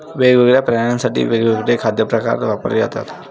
वेगवेगळ्या प्राण्यांसाठी वेगवेगळे खाद्य प्रकार वापरले जातात